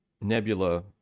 Nebula